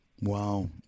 Wow